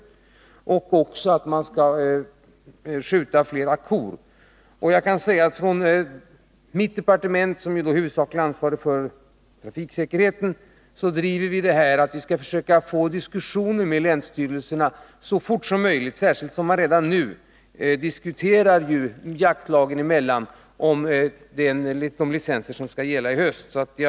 Jägareförbundet anser också att man skall skjuta fler älgkor. Från mitt departement, som ju i detta sammanhang är huvudsakligen ansvarigt för trafiksäkerheten, driver vi den här frågan så att vi skall försöka få diskussioner med länsstyrelserna så fort som möjligt, särskilt som man redan nu jaktlagen emellan diskuterar de licenser som skall gälla i höst.